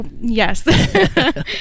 yes